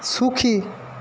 সুখী